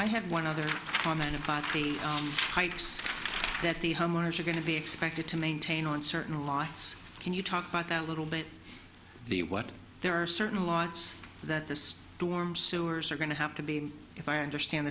i have one other comment about the height that the homeowners are going to be expected to maintain on certain life can you talk about that a little bit the what there are certain logs that this storm sewers are going to have to be if i understand